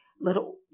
little